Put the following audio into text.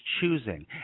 choosing